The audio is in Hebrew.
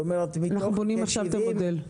אנחנו בונים עכשיו את המודל.